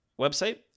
website